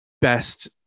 best